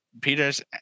Peter's